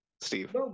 Steve